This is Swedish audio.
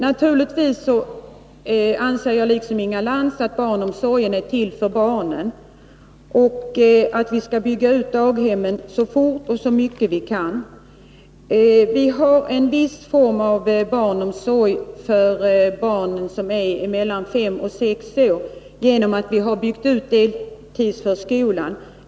Naturligtvis anser jag, som Inga Lantz, att barnomsorgen är till för barnen och att vi skall bygga ut daghemmen så fort och så mycket vi kan. Vi har en viss form av barnomsorg för barn mellan fem och sex år i deltidsförskolan.